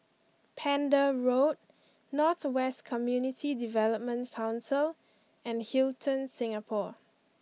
Pender Road North West Community Development Council and Hilton Singapore